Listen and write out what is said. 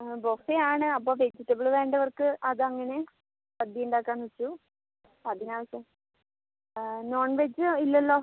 ആ ബോഫെ ആണ് അപ്പോൾ വെജിറ്റബൾ വേണ്ടവർക്ക് അത് അങ്ങനെയും സദ്യ ഉണ്ടാക്കാമെന്നു വച്ചു അതിനു ആവശ്യം നോൺവെജ് ഇല്ലല്ലോ